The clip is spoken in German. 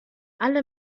alle